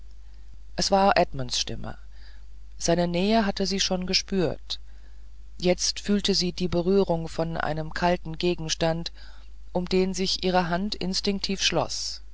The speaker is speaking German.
es war edmunds stimme seine nähe hatte sie schon gespürt jetzt fühlte sie die berührung von einem kalten gegenstand um den sich ihre hand instinktiv schloß